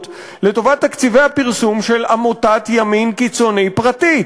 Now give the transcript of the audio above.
לטובת תקציבי הפרסום של עמותת ימין קיצוני פרטית,